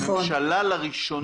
נכון.